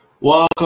Welcome